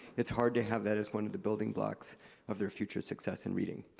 it's hard to have that as one of the building blocks of their future's success in reading.